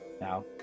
Now